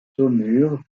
saumur